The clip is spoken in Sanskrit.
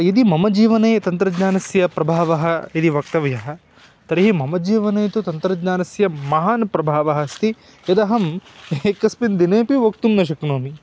यदि मम जीवने तन्त्रज्ञानस्य प्रभावः यदि वक्तव्यः तर्हि मम जीवने तु तन्त्रज्ञानस्य महान् प्रभावः अस्ति यदहम् एकस्मिन् दिनेऽपि वक्तुं न शक्नोमि